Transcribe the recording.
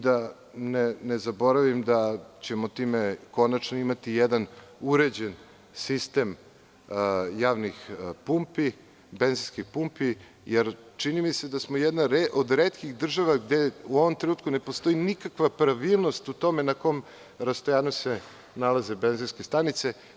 Da ne zaboravim, time ćemo konačno imati jedan uređen sistem javnih pumpi, benzinskih pumpi, jer čini mi se da smo jedna od retkih država gde u ovom trenutku ne postoji nikakva pravilnost o tome na kom rastojanju se nalaze benzinske stanice.